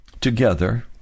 together